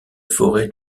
forêts